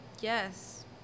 Yes